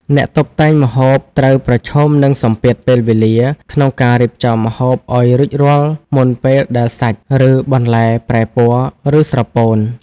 អ្នកតុបតែងម្ហូបត្រូវប្រឈមនឹងសម្ពាធពេលវេលា ក្នុងការរៀបចំម្ហូបឱ្យរួចរាល់មុនពេលដែលសាច់ ឬបន្លែប្រែពណ៌ ឬស្រពោន។